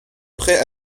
prêts